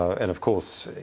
and of course,